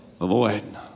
Avoid